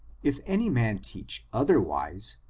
if any man teach otherwise,